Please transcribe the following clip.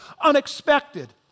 unexpected